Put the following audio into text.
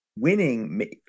Winning